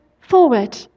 forward